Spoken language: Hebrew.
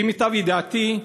לפי מיטב ידיעתי,